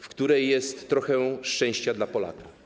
W której jest trochę szczęścia dla Polaka: